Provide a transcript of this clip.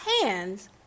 hands